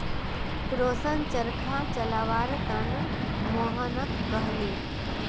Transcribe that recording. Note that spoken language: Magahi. रोशन चरखा चलव्वार त न मोहनक कहले